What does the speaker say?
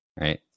right